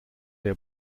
der